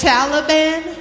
Taliban